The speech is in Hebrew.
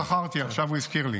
לא זכרתי, עכשיו הוא הזכיר לי.